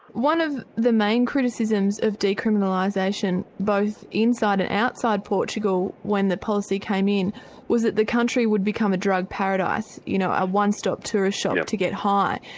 one of the main criticisms of decriminalisation both inside and outside of portugal when the policy came in was that the country would become a drug paradise you know a one stop tourist shop to get high.